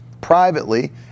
privately